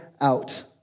out